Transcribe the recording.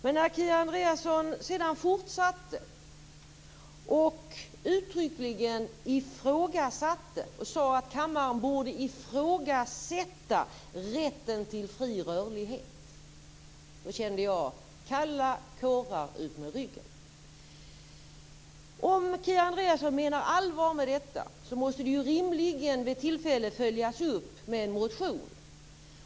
Men när Kia Andreasson sedan fortsatte och uttryckligen ifrågasatte, och sade att också kammaren borde ifrågasätta, rätten till fri rörlighet, då kände jag kalla kårar utmed ryggen. Om Kia Andreasson menar allvar med detta så måste det ju rimligen vid tillfälle följas upp med en motion.